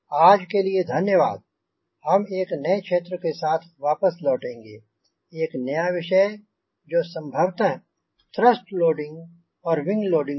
आज के लिए धन्यवाद हम एक नए क्षेत्र के साथ वापस लौटेंगे एक नया विषय जो संभवत थ्रस्ट लोडिंग और विंग लोडिंग होगा